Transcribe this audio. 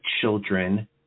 children